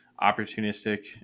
opportunistic